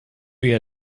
eher